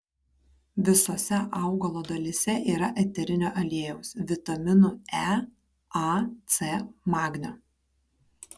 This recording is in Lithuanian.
visose augalo dalyse yra eterinio aliejaus vitaminų e a c magnio